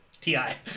T-I